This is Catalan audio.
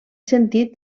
sentit